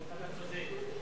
אתה צודק.